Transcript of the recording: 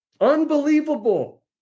Unbelievable